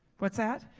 what's that?